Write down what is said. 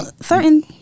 certain